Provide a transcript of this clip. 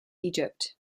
egypt